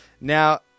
Now